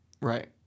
Right